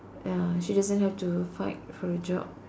ya she doesn't have to fight for a job